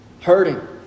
hurting